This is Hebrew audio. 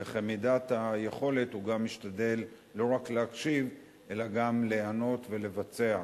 וכמידת היכולת הוא גם משתדל לא רק להקשיב אלא גם להיענות ולבצע.